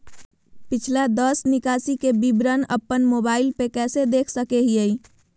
पिछला दस निकासी के विवरण अपन मोबाईल पे कैसे देख सके हियई?